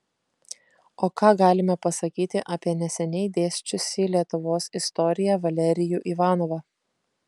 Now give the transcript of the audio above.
o ką galime pasakyti apie neseniai dėsčiusį lietuvos istoriją valerijų ivanovą